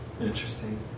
Interesting